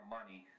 money